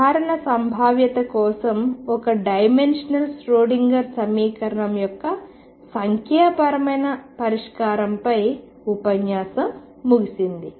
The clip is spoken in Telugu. సాధారణ సంభావ్యత కోసం ఒక డైమెన్షన్లో ష్రోడింగర్ సమీకరణం యొక్క సంఖ్యాపరమైన పరిష్కారంతో ఈ ఉపన్యాసం ముగిసింది